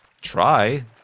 try